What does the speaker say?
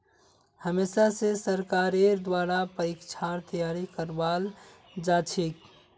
हमेशा स सरकारेर द्वारा परीक्षार तैयारी करवाल जाछेक